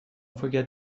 forget